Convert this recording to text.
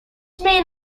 main